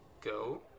go